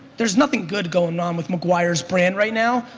there's nothing good going on with mcgwire's brand right now,